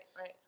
right